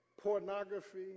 pornography